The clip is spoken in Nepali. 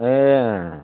ए अँ अँ